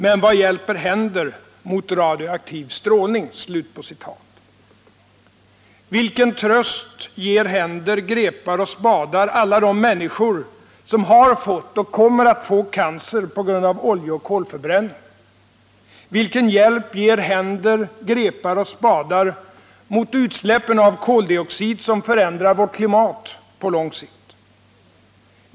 Men vad hjälper händer mot radioaktiv strålning?” Vilken tröst ger händer, grepar och spadar alla de människor som har fått och kommer att få cancer på grund av oljeoch kolförbränning? Vilken hjälp ger händer, grepar och spadar mot utsläppen av koldioxid, som förändrar vårt klimat på lång sikt?